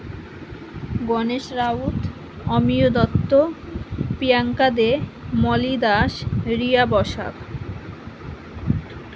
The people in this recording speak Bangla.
গনেশ রাউথ অমিয় দত্ত প্রিয়াঙ্কা দে মলি দাস রিয়া বসাক